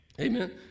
Amen